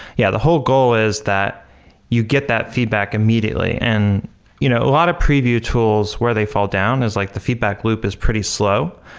yeah, the whole goal is that you get that feedback immediately. and you know a lot of preview tools, where they fall down is like the feedback loop is pretty slow.